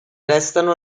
restano